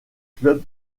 club